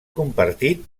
compartit